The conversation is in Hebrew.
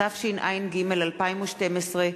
התשע"ג 2012,